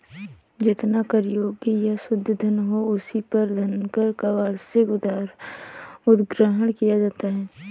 जितना कर योग्य या शुद्ध धन हो, उसी पर धनकर का वार्षिक उद्ग्रहण किया जाता है